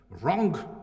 wrong